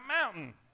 mountain